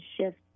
shift